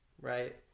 Right